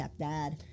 stepdad